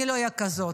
אני לא אהיה כזאת,